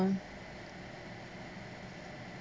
um